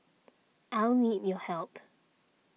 I'll need your help